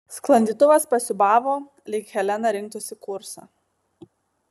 sklandytuvas pasiūbavo lyg helena rinktųsi kursą